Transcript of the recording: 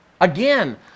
Again